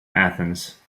athens